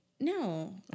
No